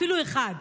אפילו אחד,